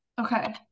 Okay